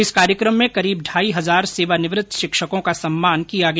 इस कार्यक्रम में करीब ढाई हजार सेवानिवृत्त शिक्षकों का सम्मान किया गया